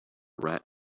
rat